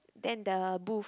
then the booth